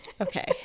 okay